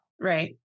Right